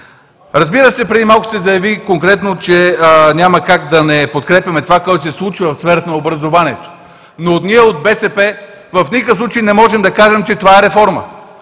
Разбира се, преди малко се заяви и конкретно, че няма как да не подкрепяме това, което се случва в сферата на образованието, но ние от БСП в никакъв случай не можем да кажем, че това е реформа.